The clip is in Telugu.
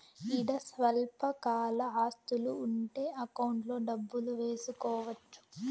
ఈడ స్వల్పకాల ఆస్తులు ఉంటే అకౌంట్లో డబ్బులు వేసుకోవచ్చు